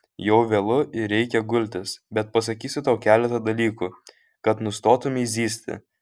jau vėlu ir reikia gultis bet pasakysiu tau keletą dalykų kad nustotumei zyzti